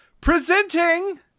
Presenting